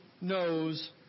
knows